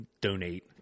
donate